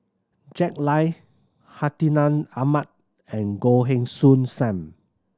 Jack Lai Hartinah Ahmad and Goh Heng Soon Sam